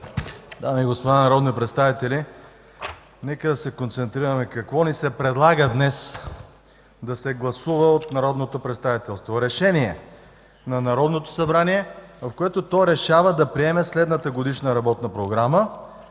Дами и господа народни представители, нека да се концентрираме какво ни се предлага днес да се гласува от народното представителство – Решение на Народното събрание, в което то решава да приеме следната Годишна програма